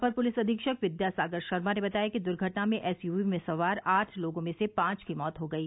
अपर पुलिस अधीक्षक विद्या सागर शर्मा ने बताया कि दुर्घटना में एसयूवी में सवार आठ लोगो में से पांच की मौत हो गयी